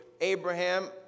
Abraham